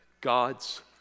God's